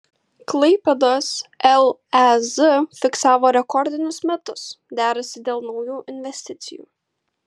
klaipėdos lez fiksavo rekordinius metus derasi dėl naujų investicijų